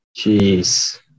Jeez